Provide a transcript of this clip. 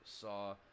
saw